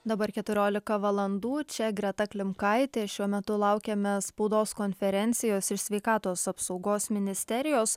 dabar keturiolika valandų čia greta klimkaitė šiuo metu laukiame spaudos konferencijos iš sveikatos apsaugos ministerijos